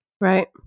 right